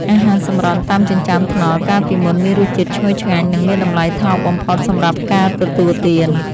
អាហារសម្រន់តាមចិញ្ចើមថ្នល់កាលពីមុនមានរសជាតិឈ្ងុយឆ្ងាញ់ និងមានតម្លៃថោកបំផុតសម្រាប់ការទទួលទាន។